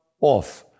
off